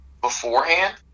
beforehand